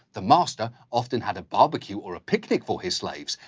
the master often had a barbecue or a picnic for his slaves.